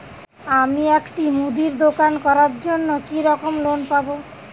আমি একটি মুদির দোকান করার জন্য কি রকম লোন পাব?